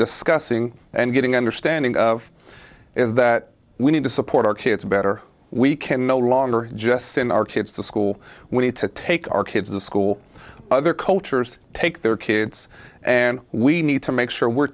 discussing and getting understanding of is that we need to support our kids better we can no longer just send our kids to school we need to take our kids to school other cultures take their kids and we need to make sure we're